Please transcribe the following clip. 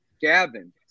Gavin